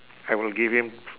I will give him